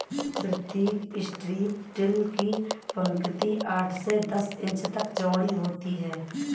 प्रतीक strip till की पंक्ति आठ से दस इंच तक चौड़ी होती है